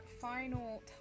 final